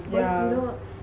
yeah